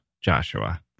Joshua